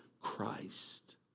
Christ